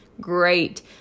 Great